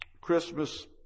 Christmas